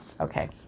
Okay